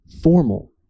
formal